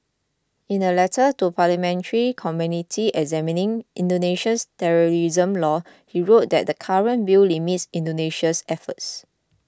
in a letter to parliamentary committee examining Indonesia's terrorism laws he wrote that the current bill limits Indonesia's efforts